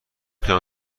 تونم